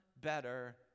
better